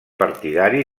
partidari